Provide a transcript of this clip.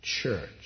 church